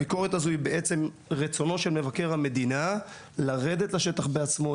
הביקורת הזו היא בעצם רצונו של מבקר המדינה לרדת לשטח בעצמו,